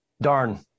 darn